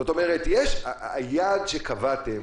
זאת אומרת היעד שקבעתם